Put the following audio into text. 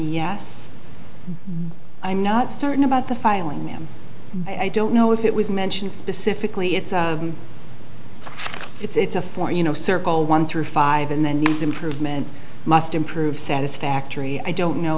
yes i'm not certain about the filing them i don't know if it was mentioned specifically it's a it's a for you know circle one through five in the needs improvement must improve satisfactory i don't know